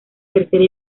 tercera